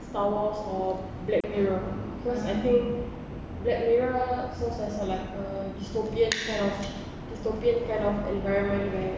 star wars or black mirror cause I think